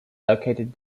located